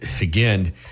again